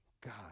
God